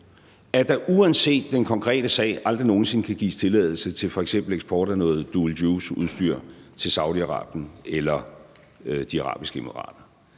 at der uanset den konkrete sag aldrig nogen sinde kan gives tilladelse til f.eks. eksport af noget dual use-udstyr til Saudi-Arabien eller De Forenede Arabiske Emirater.